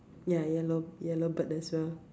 ya yellow yellow bird as well